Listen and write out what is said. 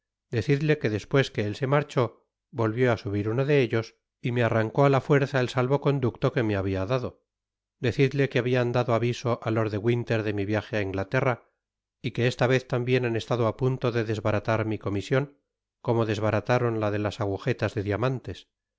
decidle que despues que él se marchó volvió á subir uno de ellos y me arrancó á la fuerza el salvo condueto que me habia dado decidle que habian dado aviso á lord de winter de mi viaje á inglaterra y que esta vez tambien han estado á punto de desbaratar mi comision como desbarataron la de las agujetas de diamantes